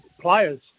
players